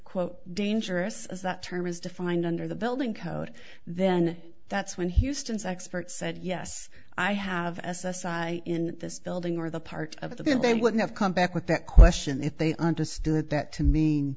quote dangerous as that term is defined under the building code then that's when he's done sexpert said yes i have s s i in this building or the part of the they would have come back with that question if they understood that to me